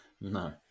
No